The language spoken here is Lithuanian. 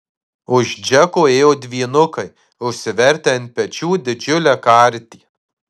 už džeko ėjo dvynukai užsivertę ant pečių didžiulę kartį